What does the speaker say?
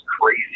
crazy